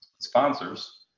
sponsors